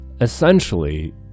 essentially